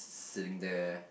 sitting there